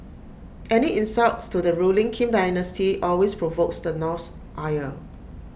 any insult to the ruling Kim dynasty always provokes the North's ire